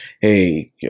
Hey